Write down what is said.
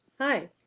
Hi